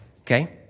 okay